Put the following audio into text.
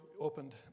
opened